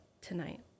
tonight